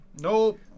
Nope